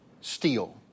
steel